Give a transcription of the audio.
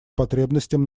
потребностям